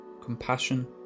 compassion